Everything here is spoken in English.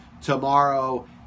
tomorrow